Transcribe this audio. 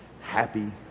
happy